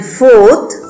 fourth